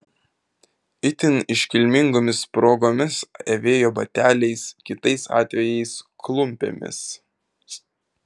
itin iškilmingomis progomis avėjo bateliais kitais atvejais klumpėmis